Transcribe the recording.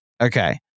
Okay